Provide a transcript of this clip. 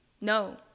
no